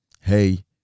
hey